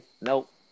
Nope